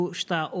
está